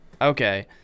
Okay